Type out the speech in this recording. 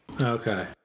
Okay